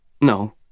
No